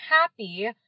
happy